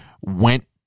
went